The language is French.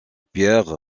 pierre